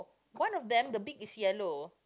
one of them the beak is yellow